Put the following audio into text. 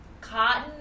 Cotton